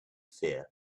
fear